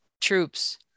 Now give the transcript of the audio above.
troops